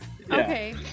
okay